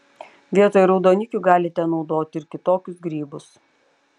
vietoj raudonikių galite naudoti ir kitokius grybus